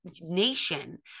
nation